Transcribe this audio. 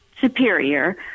superior